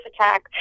attack